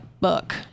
book